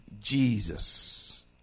Jesus